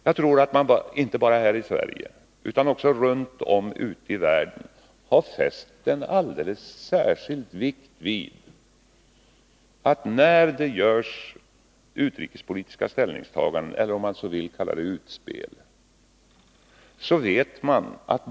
Jag tror att man inte bara här i Sverige utan också runt om i världen har fäst en alldeles särskild vikt vid vetskapen att en praktiskt taget samlad nation står bakom de utrikespolitiska ställningstaganden — eller utspel, om man nu vill uttrycka sig på det sättet — som görs.